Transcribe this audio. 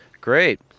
Great